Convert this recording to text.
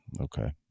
okay